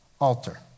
altar